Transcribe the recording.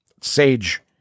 sage